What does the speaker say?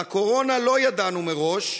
על הקורונה לא ידענו מראש,